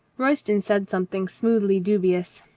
royston said something smoothly dubious.